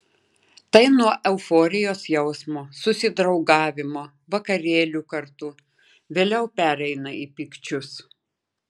tai nuo euforijos jausmo susidraugavimo vakarėlių kartu vėliau pereina į pykčius